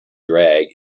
drag